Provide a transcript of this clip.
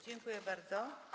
Dziękuję bardzo.